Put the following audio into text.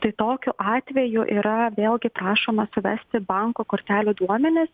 tai tokiu atveju yra vėlgi prašoma suvesti banko kortelių duomenis